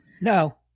No